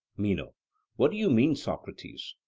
meno what do you mean, socrates?